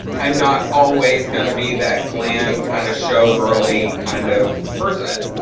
i'm not always going to be that glam kind of show girly kind of person.